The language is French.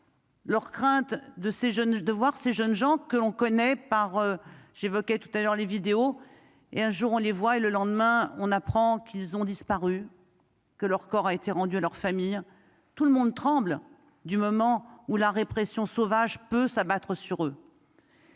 ces jeunes, de voir ces jeunes gens que l'on connaît par j'évoquais tout à l'heure, les vidéos et un jour, on les voit et le lendemain, on apprend qu'ils ont disparu, que leurs corps a été rendus à leur famille, tout le monde tremble du moment où la répression sauvage peut s'abattre sur eux.